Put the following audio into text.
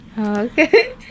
Okay